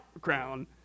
crown